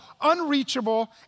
unreachable